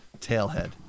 Tailhead